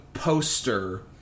Poster